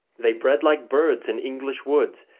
they bred like birds in english woods,